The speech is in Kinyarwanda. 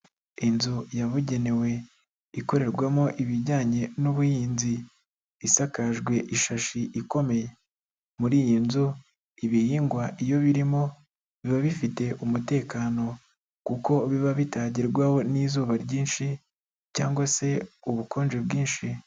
Inzu yabugenewe ikorerwamo ibijyanye n'ubuhinzi, isakajwe ishashi ikomeye, muri iyi nzu ibihingwa iyo birimo biba bifite umutekano kuko biba bitagerwaho n'izuba ryinshi cyangwa se ubukonje bwinshi.